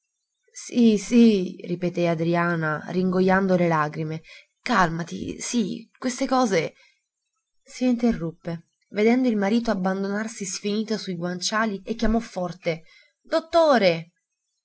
sì sì ripeté adriana ringojando le lagrime calmati sì queste cose s'interruppe vedendo il marito abbandonarsi sfinito sui guanciali e chiamò forte dottore